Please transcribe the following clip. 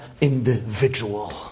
individual